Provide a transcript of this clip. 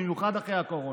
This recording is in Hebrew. במיוחד אחרי הקורונה.